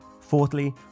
Fourthly